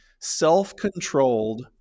self-controlled